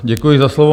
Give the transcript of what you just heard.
Děkuji za slovo.